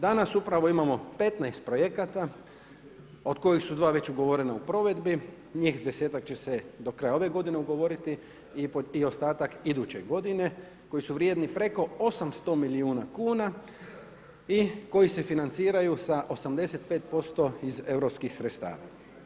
Danas upravo imamo 15 projekata, od koja su 2 već ugovorena u provedbi, njih 10-tak, će se do kraja ove g. dogovoriti i ostatak iduće godine, koji su vrijedni preko 800 milijuna kuna i koji se financiraju sa 85% europskih sredstava.